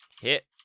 Hit